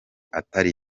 atari